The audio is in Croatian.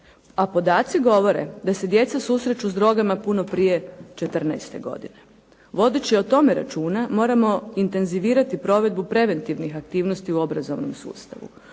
a podaci govore da se djeca susreću s drogama puno prije 14. godine. Vodeći o tome računa, moramo intenzivirati provedbu preventivnih aktivnosti u obrazovanom sustavu.